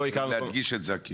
אני מדגיש את זה.